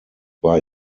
war